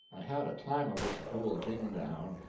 i had a time of it to cool the king down,